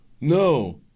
no